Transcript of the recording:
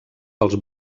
pels